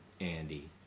Andy